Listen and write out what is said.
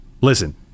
listen